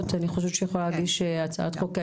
שמטריד אותך היא יכולה להגיש הצעת חוק.